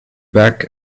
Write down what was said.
back